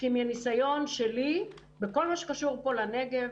כי מניסיון שלי בכל מה שנוגע לנגב,